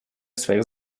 своих